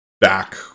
back